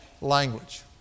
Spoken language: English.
language